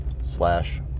slash